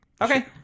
Okay